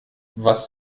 was